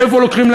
מאיפה לוקחים,